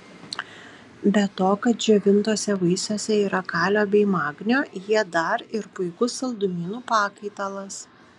be to kad džiovintuose vaisiuose yra kalio bei magnio jie dar ir puikus saldumynų pakaitalas